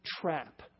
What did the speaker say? trap